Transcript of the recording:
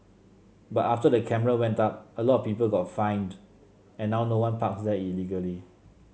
but after the camera went up a lot of people got fined and now no one parks there illegally